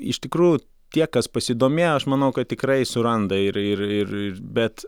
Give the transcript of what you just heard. iš tikrųjų tie kas pasidomėjo aš manau kad tikrai suranda ir ir ir bet